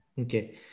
Okay